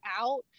out